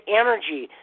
energy